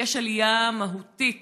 ושיש עלייה מהותית